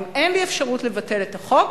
ואם אין לי אפשרות לבטל את החוק,